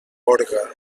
gorga